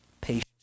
patient